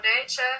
nature